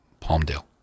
Palmdale